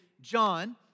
John